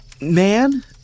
man